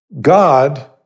God